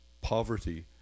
poverty